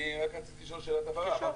קודם כול,